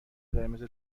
قرمز